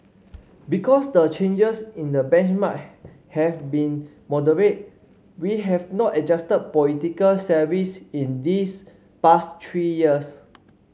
because the changes in the benchmark have been moderate we have not adjusted political salaries in these past three years